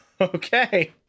Okay